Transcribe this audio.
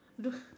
the